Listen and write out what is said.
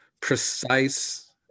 precise